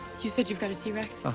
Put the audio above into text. you said you've got a t-rex? ah